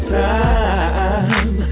time